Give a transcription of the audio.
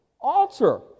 altar